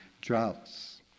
droughts